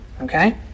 Okay